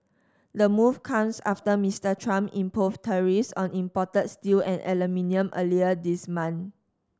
the move comes after Mister Trump imposed tariffs on imported steel and aluminium earlier this month